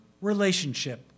relationship